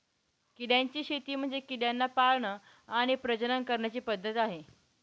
किड्यांची शेती म्हणजे किड्यांना पाळण आणि प्रजनन करण्याची पद्धत आहे